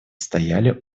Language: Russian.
стояли